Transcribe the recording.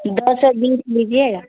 دو سو بیس دیجیے گا